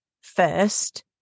first